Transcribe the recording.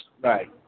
Right